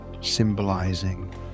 symbolizing